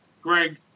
Greg